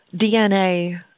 DNA